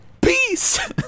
Peace